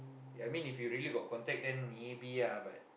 I mean if you really got contact then maybe ya but